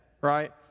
right